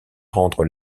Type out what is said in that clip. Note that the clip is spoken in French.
rendre